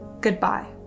Goodbye